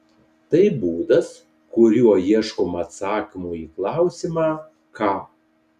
tai būdas kuriuo ieškoma atsakymo į klausimą ką